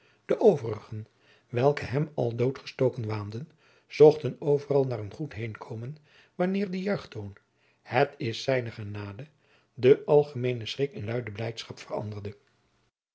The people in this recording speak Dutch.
de overigen welke hem al doodgestoken waanden zochten overal naar een goed heenkomen wanneer de juichtoon het is zijne genade den algemeenen schrik in luide blijdschap veranderde